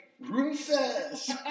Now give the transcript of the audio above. Rufus